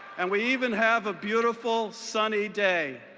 and we even have a beautiful sunny day.